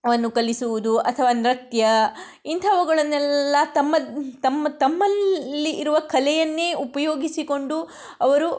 ವನ್ನು ಕಲಿಸುವುದು ಅಥವಾ ನೃತ್ಯ ಇಂಥವುಗಳನ್ನೆಲ್ಲ ತಮ್ಮ ತಮ್ಮ ತಮ್ಮಲ್ಲಿ ಇರುವ ಕಲೆಯನ್ನೇ ಉಪಯೋಗಿಸಿಕೊಂಡು ಅವರು